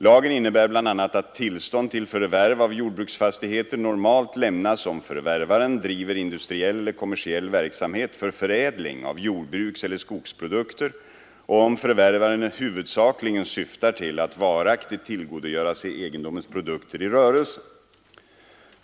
Lagen innebär bl.a. att tillstånd till förvärv av jordbruksfastigheter normalt lämnas, om förvärvaren driver industriell eller kommersiell verksamhet för förädling av jordbrukseller skogsprodukter och om förvärvaren huvudsakligen syftar till att varaktigt tillgodogöra sig egendomens produkter i rörelsen.